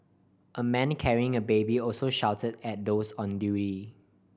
a man carrying a baby also shouted at those on duty